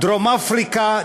דרום-אפריקה,